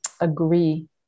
agree